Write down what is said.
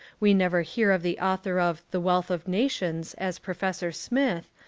we never hear of the author of the wealth of na tions as professor smith,